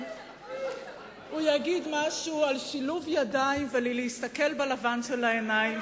הוא יגיד משהו על שילוב ידיים ולהסתכל בלבן של העיניים,